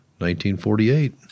1948